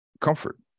comfort